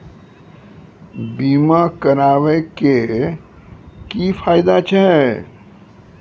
बीमा कराबै के की फायदा छै?